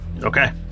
Okay